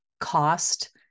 cost